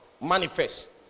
manifest